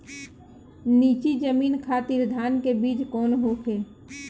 नीची जमीन खातिर धान के बीज कौन होखे?